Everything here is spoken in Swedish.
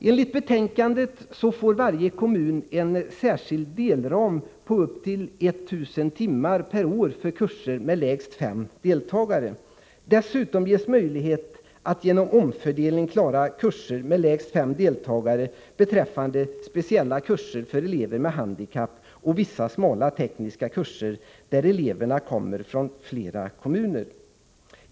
Enligt betänkandet får varje kommun en särskild delram på upp till 1 000 timmar per år för kurser med lägst fem deltagare. Dessutom ges möjlighet att genom omfördelning klara kurser med lägst fem deltagare beträffande speciella kurser för elever med handikapp och vissa ”smala” tekniska kurser där eleverna kommer från flera kommuner.